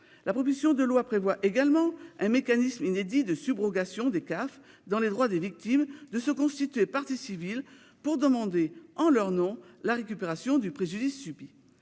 La proposition de loi prévoit également un mécanisme inédit de subrogation des CAF dans les droits des victimes de se constituer partie civile pour demander, en leur nom, la réparation du préjudice subi.